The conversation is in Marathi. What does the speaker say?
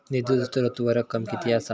निधीचो स्त्रोत व रक्कम कीती असा?